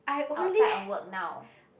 outside of work now